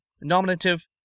nominative